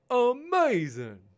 Amazing